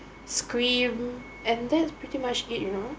scream and that's pretty much it you know